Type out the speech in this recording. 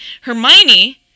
Hermione